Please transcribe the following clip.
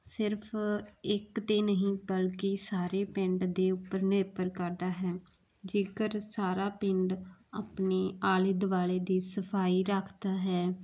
ਸਿਰਫ਼ ਇੱਕ 'ਤੇ ਨਹੀਂ ਬਲਕਿ ਸਾਰੇ ਪਿੰਡ ਦੇ ਉੱਪਰ ਨਿਰਭਰ ਕਰਦਾ ਹੈ ਜੇਕਰ ਸਾਰਾ ਪਿੰਡ ਆਪਣੇ ਆਲੇ ਦੁਆਲੇ ਦੀ ਸਫਾਈ ਰੱਖਦਾ ਹੈ